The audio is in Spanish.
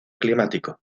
climático